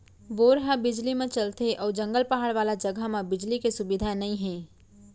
bore ह बिजली म चलथे अउ जंगल, पहाड़ वाला जघा म बिजली के सुबिधा नइ हे